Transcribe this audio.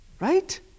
right